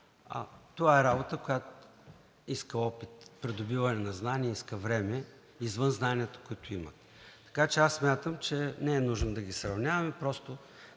Това е работа, която иска опит, придобиване на знания, иска време извън знанието, което имаме, така че аз смятам, че не е нужно да ги сравняваме.